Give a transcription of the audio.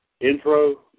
intro